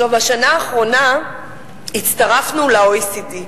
בשנה האחרונה הצטרפנו ל-OECD.